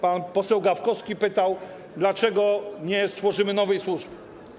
Pan poseł Gawkowski pytał, dlaczego nie stworzymy nowej służby.